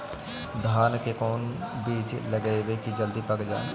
धान के कोन बिज लगईयै कि जल्दी पक जाए?